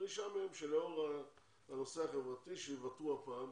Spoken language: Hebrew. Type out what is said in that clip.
דרישה מהם שלאור הנושא החברתי שיוותרו הפעם,